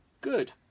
good